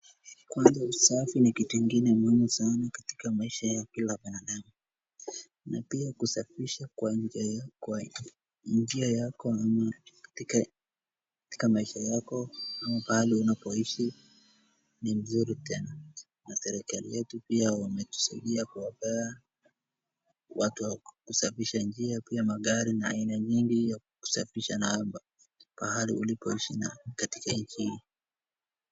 Kuanza usafi ni kitu ingine muhimu sana katika maisha ya kila mwanadamu na pia kusafisha kwa njia yako ama katika maisha yako ama pahali unapoishii ni nzuri tena, na Serikali yetu pia wametusaidia kuwapea watu wa kusafisha njia na pia magari na aina nyingi ya kusafisha nahadha mahali unapoishi na katika nchi.